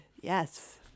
Yes